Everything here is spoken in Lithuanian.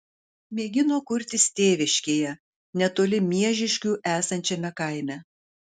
mėgino kurtis tėviškėje netoli miežiškių esančiame kaime